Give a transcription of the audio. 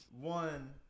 one